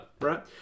right